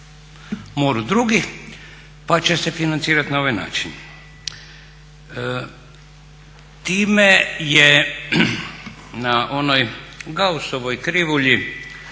moru drugih, pa će se financirati na ovaj način. Time je na onoj gausovoj krivulji